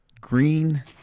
green